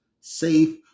safe